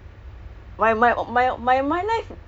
ya nobody goes there